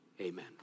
amen